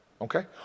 Okay